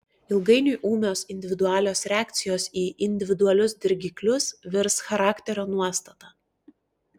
ilgainiui ūmios individualios reakcijos į individualius dirgiklius virs charakterio nuostata